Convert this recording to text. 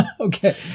Okay